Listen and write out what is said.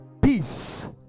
Peace